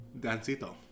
Dancito